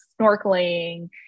snorkeling